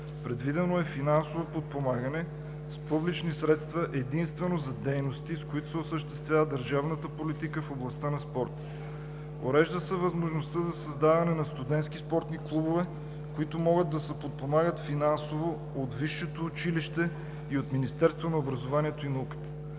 Предвидено е финансово подпомагане с публични средства единствено за дейности, с които се осъществява държавната политика в областта на спорта. Урежда се възможността за създаване на студентски спортни клубове, които могат да се подпомагат финансово от висшето училище и от Министерство на образованието и науката.